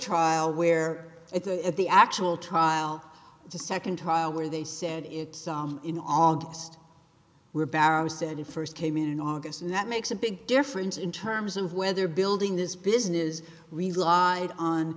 trial where it's at the actual trial the second trial where they said it in august we're barrow said he first came in in august and that makes a big difference in terms of whether building this business relied on